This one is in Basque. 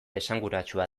esanguratsua